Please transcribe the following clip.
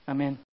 Amen